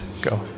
go